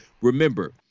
Remember